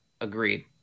Agreed